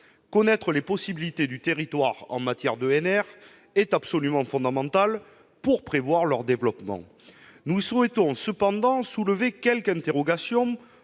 Connaître les possibilités du territoire en matière d'ENR est, en effet, absolument fondamental pour prévoir le développement de celles-ci. Nous souhaitons cependant soulever quelques interrogations,